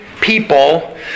people